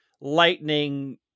lightning